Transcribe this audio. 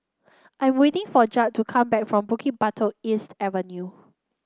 I'm waiting for Judd to come back from Bukit Batok East Avenue